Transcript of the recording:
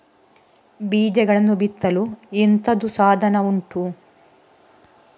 ಬೀಜಗಳನ್ನು ಬಿತ್ತಲು ಎಂತದು ಸಾಧನ ಉಂಟು?